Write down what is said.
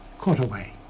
cutaway